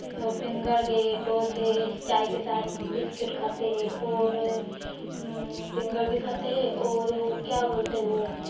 वो पिंगल है टॉस है चाय के साथ बिस्किट खाते हैं और पिंगल भी खाते हैं और और क्या बोलते हैं वो